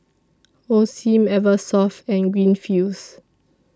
Osim Eversoft and Greenfields